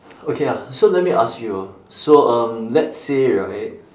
okay lah so let me ask you hor so um let's say right